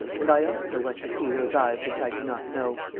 and i also want to see those eyes which i do not know,